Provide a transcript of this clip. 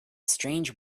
strange